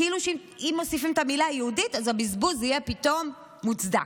כאילו שאם מוספים את המילה "יהודית" אז הבזבוז יהיה פתאום מוצדק.